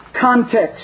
context